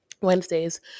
Wednesdays